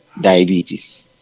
diabetes